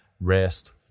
rest